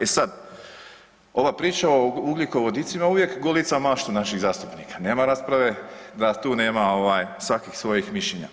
E sad, ova priča o ugljikovodicima golica maštu naših zastupnika, nema rasprave da tu nema svakih svojih mišljenja.